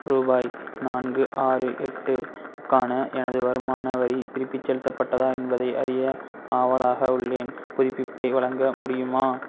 ரூபாய் நான்கு ஆறு எட்டு க்கான எனது வருமான வரி திருப்பிச் செலுத்தப்பட்டதா என்பதை அறிய ஆவலாக உள்ளேன் புதுப்பிப்பை வழங்க முடியுமா